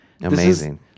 amazing